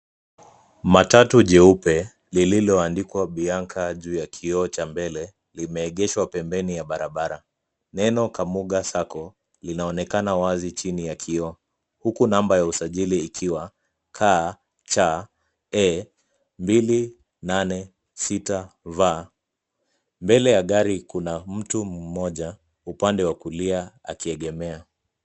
Matatu jeupe lililoandikwa Bianca juu ya kioo cha mbele limeegeshwa pembeni ya barabara. Neno Kamuga Sacco linaonekana wazi chini ya kioo huku namba ya usajili ikiwa KCA 286V mbele ya gari kuna mtu mmoja upande wa kulia akiegemea.